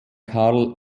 karl